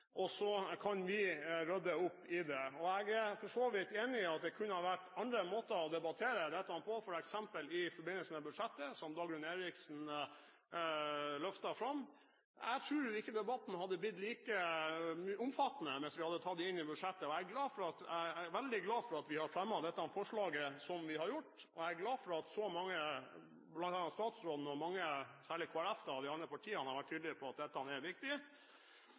og rydde opp i det. Jeg er for så vidt enig i at det kunne ha vært andre måter å debattere dette på, f.eks. i forbindelse med budsjettet, slik Dagrun Eriksen løftet fram, men jeg tror ikke debatten da ville blitt like omfattende. Jeg er veldig glad for at vi har fremmet dette forslaget, og jeg er glad for at så mange – bl.a. statsråden og mange av de andre partiene, særlig Kristelig Folkeparti – har vært tydelige på at dette er viktig.